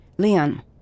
Leon